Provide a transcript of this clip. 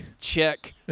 check